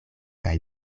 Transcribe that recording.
kaj